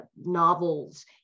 novels